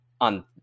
on